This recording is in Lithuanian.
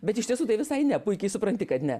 bet iš tiesų tai visai ne puikiai supranti kad ne